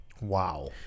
wow